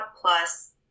plus